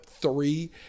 three